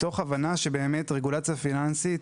מתוך הבנה שרגולציה פיננסית,